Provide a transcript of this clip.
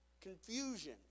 confusion